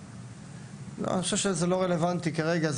אני חושב שזה לא רלוונטי כרגע,